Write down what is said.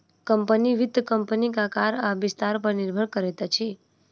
company, वित्त कम्पनीक आकार आ विस्तार पर निर्भर करैत अछि